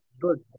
Good